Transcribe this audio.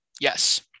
yes